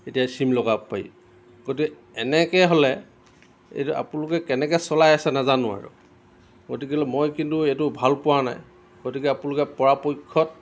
এতিয়া ছীম লগাব পাৰি গতিকে এনেকৈ হ'লে এইটো আপোনালোকে কেনেকৈ চলাই আছে নাজানো আৰু গতিকে লৈ মই কিন্তু এইটো ভাল পোৱা নাই গতিকে আপোনালোকে পৰাপক্ষত